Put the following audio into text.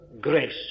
Grace